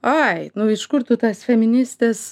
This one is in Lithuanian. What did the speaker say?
ai nu iš kur tu tas feministes